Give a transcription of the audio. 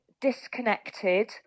disconnected